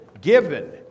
given